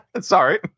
Sorry